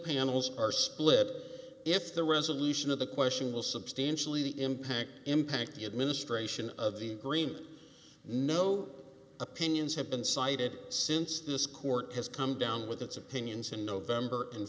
panels are split if the resolution of the question will substantially the impact impact the administration of the green no opinions have been cited since this court has come down with its opinions in november and